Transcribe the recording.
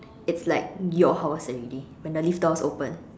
it's like your house already when the lift door is open